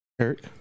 Eric